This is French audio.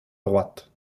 droite